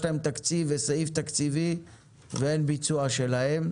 להם תקציב וסעיף תקציבי ואין ביצוע שלהם.